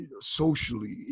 socially